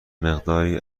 مقداری